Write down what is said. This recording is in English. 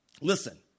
Listen